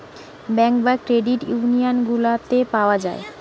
bank বা credit union গুলাতে পাওয়া যায়